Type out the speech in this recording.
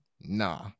nah